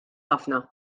ħafna